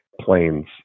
planes